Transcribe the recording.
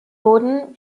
wurden